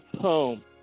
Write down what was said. home